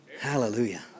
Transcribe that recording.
Hallelujah